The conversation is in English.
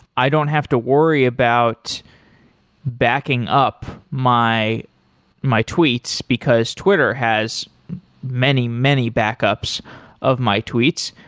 i don't have to worry about backing up my my tweets, because twitter has many, many backups of my tweets.